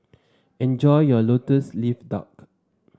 enjoy your lotus leaf duck